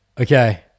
okay